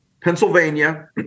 Pennsylvania